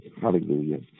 Hallelujah